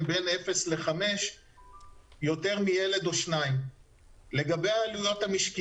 יותר מילד או שניים בני אפס עד 5. לגבי העלויות המשקיות